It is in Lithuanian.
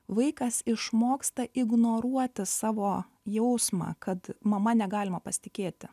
vaikas išmoksta ignoruoti savo jausmą kad mama negalima pasitikėti